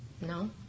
no